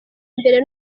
mbere